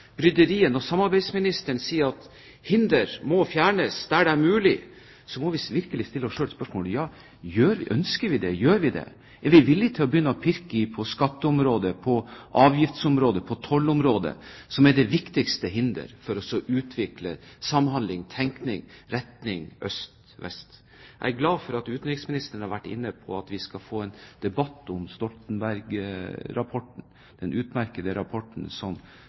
når samarbeidsministeren sier at hinder må fjernes der det er mulig, må vi virkelig stille oss selv spørsmålet: Ja, ønsker vi det – gjør vi det? Er vi villig til å begynne å pirke på skatteområdet, på avgiftsområdet og på tollområdet, som er de viktigste hindrene for å utvikle samhandling og tenkning i retning øst–vest? Jeg er glad for at utenriksministeren har vært inne på at vi skal få en debatt om Stoltenberg-rapporten – den utmerkede rapporten